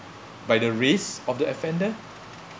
by the race of the offender